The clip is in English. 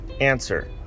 Answer